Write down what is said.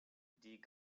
die